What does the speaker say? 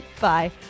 bye